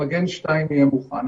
מגן 2 יהיה מוכן.